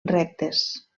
rectes